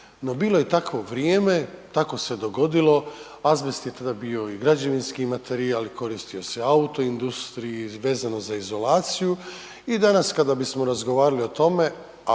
no bilo je takvo vrijeme, tako se dogodilo, azbest je tada bio i građevinski materijal i koristio se u auto industriji i vezano za izolaciju i danas kada bismo razgovarali o tome,